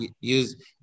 use